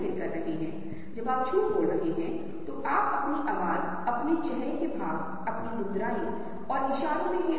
इसलिए यही कारण है कि आप देखते हैं कि ड्राइविंग और मोबाइल मेरा मतलब है कि मोबाइल पर बात करना बहुत खतरनाक हो सकता है